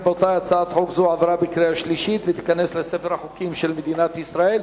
הצעת חוק זו עברה בקריאה שלישית ותיכנס לספר החוקים של מדינת ישראל.